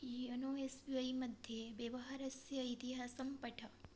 YONO S B I मध्ये व्यवहारस्य इतिहासं पठ